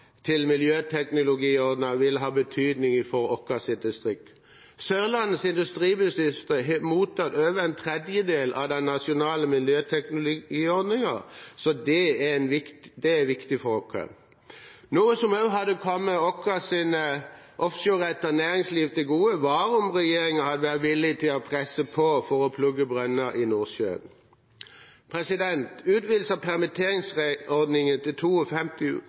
vil ha betydning for vårt distrikt. Sørlandets industribedrifter har mottatt over en tredjedel av bevilgningene i den nasjonale miljøteknologiordningen, så det er viktig for oss. Noe som også ville ha kommet vårt offshorerettede næringsliv til gode, var om regjeringen hadde vært villig til å presse på for å plugge brønner i Nordsjøen. Utvidelse av permitteringsordningen til